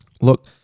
Look